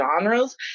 genres